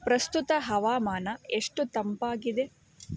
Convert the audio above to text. ಪ್ರಸ್ತುತ ಹವಾಮಾನ ಎಷ್ಟು ತಂಪಾಗಿದೆ